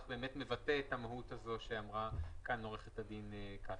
באמת מבטא את המהות שאמרה עורכת הדין כספי.